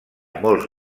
molts